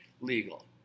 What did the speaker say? legal